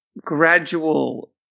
gradual